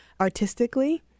artistically